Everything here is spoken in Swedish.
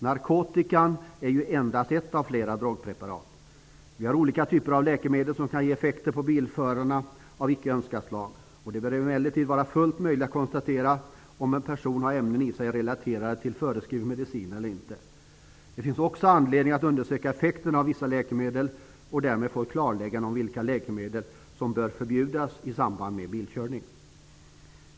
Narkotikan är ju endast ett av flera drogpreparat. Vi har olika typer av läkemedel som kan ge effekter av icke önskat slag på bilförarna. Det bör emellertid vara fullt möjligt att konstatera om en person har ämnen i sig relaterade till föreskriven medicin eller inte. Det finns också anledning att undersöka effekten av vissa läkemedel och därmed få ett klarläggande av vilka läkemedel som bör förbjudas i samband med bilkörning.